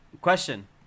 Question